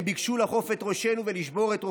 הם ביקשו לכוף את ראשנו ולשבור את רוחנו.